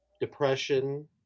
depression